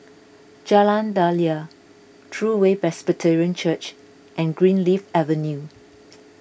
Jalan Daliah True Way Presbyterian Church and Greenleaf Avenue